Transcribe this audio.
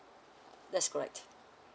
that's correct